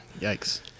Yikes